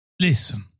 Listen